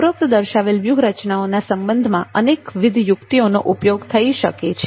ઉપરોક્ત દર્શાવેલ વ્યૂહરચનાઓના સંબંધમાં અનેકવિધ યુક્તિઓ નો ઉપયોગ થઈ શકે છે